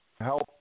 help